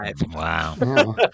Wow